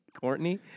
Courtney